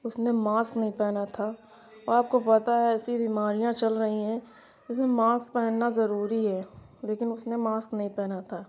اس نے ماسک نہیں پہنا تھا آپ کو پتہ ہے ایسی بیماریاں چل رہی ہیں جس میں ماسک پہننا ضروری ہے لیکن اس نے ماسک نہیں پہنا تھا